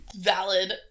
Valid